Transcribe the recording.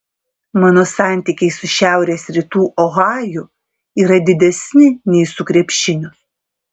mano santykiai su šiaurės rytų ohaju yra didesni nei su krepšiniu